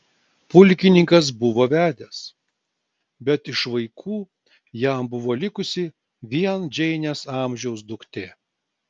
pulkininkas buvo vedęs bet iš vaikų jam buvo likusi vien džeinės amžiaus duktė